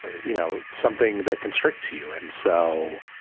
you know, something that constricts you. and so.